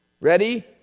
Ready